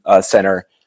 Center